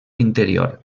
interior